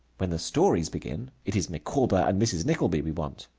when the stories begin, it is micawber and mrs. nickleby we want,